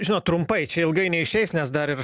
žinot trumpai čia ilgai neišeis nes dar ir